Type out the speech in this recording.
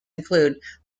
include